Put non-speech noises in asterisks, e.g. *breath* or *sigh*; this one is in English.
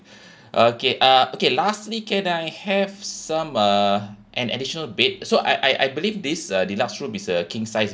*breath* okay uh okay lastly can I have some uh an additional bed so I I I believe this uh deluxe room is a king size